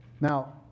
Now